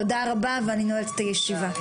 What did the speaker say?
תודה רבה, אני נועלת את הישיבה.